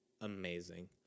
amazing